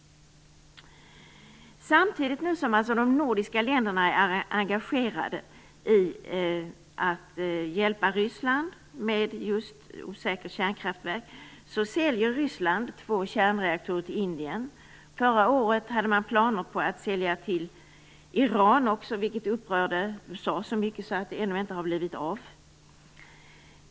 Samtidigt som de nordiska länderna är engagerade i att hjälpa Ryssland med osäkra kärnkraftverk, säljer Ryssland två kärnreaktorer till Indien. Förra året hade man planer på att sälja till Iran också, något som upprörde USA så mycket att det ännu inte har blivit av.